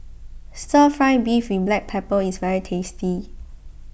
Stir Fry Beef with Black Pepper is very tasty